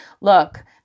look